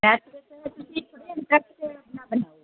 math ਦੇ sir ਤੁਸੀਂ ਥੋੜ੍ਹਾ ਜਿਹਾ